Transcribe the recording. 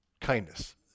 kindness